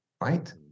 right